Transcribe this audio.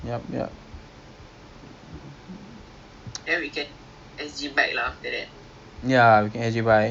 um let me see sea aquarium tutup pukul five